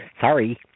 Sorry